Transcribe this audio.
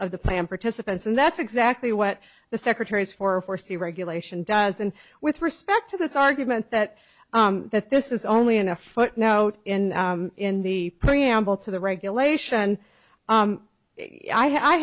of the plan participants and that's exactly what the secretary is for foresee regulation does and with respect to this argument that that this is only enough footnote in in the preamble to the regulation